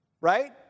Right